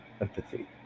empathy